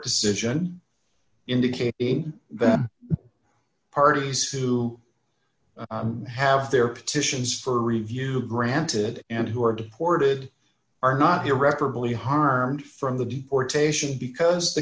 decision indicate in the parties who have their petitions for review granted and who are deported are not irreparably harmed from the deportation because the